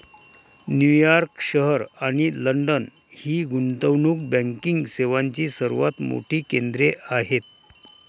New York शहर आणि London ही गुंतवणूक बँकिंग सेवांची सर्वात मोठी केंद्रे आहेत